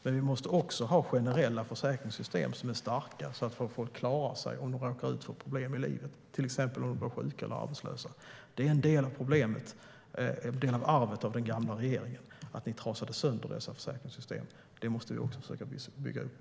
Men vi måste också ha generella försäkringssystem som är starka så att folk klarar sig om de råkar ut för problem i livet, till exempel om de blir sjuka eller arbetslösa. Det är en del av problemet och ett arv efter den gamla regeringen att ni trasade sönder dessa försäkringssystem. Det måste vi också försöka bygga upp.